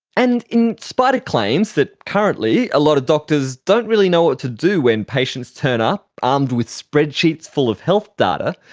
and, in spite of claims that currently a lot of doctors don't really know what to do when patients turn up armed with spreadsheets full of health data,